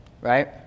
right